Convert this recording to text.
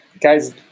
guys